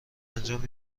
انجام